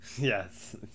yes